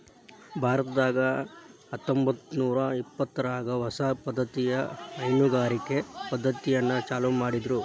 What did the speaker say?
ಭಾರತದಾಗ ಹತ್ತಂಬತ್ತನೂರಾ ಇಪ್ಪತ್ತರಾಗ ಹೊಸ ಪದ್ದತಿಯ ಹೈನುಗಾರಿಕೆ ಪದ್ದತಿಯನ್ನ ಚಾಲೂ ಮಾಡಿದ್ರು